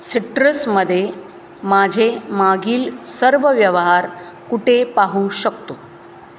सिट्रसमध्ये माझे मागील सर्व व्यवहार कुठे पाहू शकतो